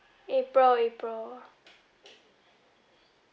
april april